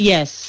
Yes